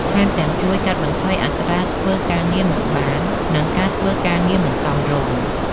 ថែមទាំង ជួយកាត់បន្ថយអត្រាធ្វើការងារមិនបាន និងការធ្វើការងារមិនសមរម្យ។